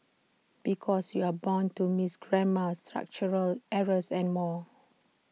because you're bound to miss grammar structural errors and more